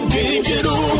digital